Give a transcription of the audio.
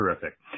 terrific